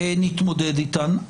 נתמודד איתן,